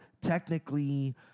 technically